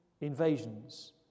invasions